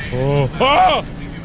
oh,